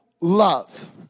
love